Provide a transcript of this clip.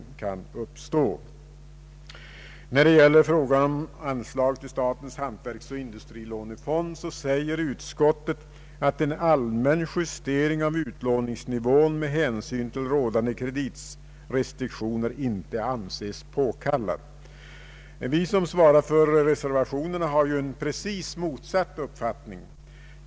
Beträffande frågan om anslag till statens hantverksoch industrilånefond säger utskottet att en allmän justering av utlåningsnivån med hänsyn till rådande kreditrestriktioner inte kan anses påkallad. Vi som svarar för reservationen har en precis motsatt uppfattning.